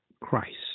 Christ